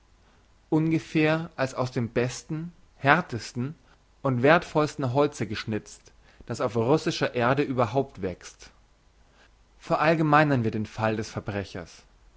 ungefähr als aus dem besten härtesten und werthvollsten holze geschnitzt das auf russischer erde überhaupt wächst verallgemeinern wir den fall des verbrechers